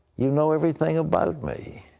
you know everything about me.